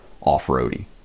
off-roady